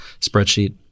spreadsheet